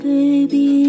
Baby